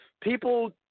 people